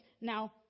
now